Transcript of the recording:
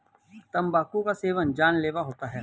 तंबाकू का सेवन जानलेवा होता है